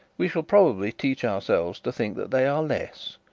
we shall probably teach ourselves to think that they are less,